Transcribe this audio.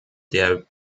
der